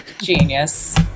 Genius